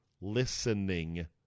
listening